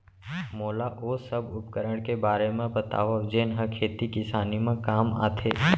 मोला ओ सब उपकरण के बारे म बतावव जेन ह खेती किसानी म काम आथे?